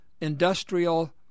industrial